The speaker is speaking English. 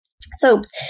soaps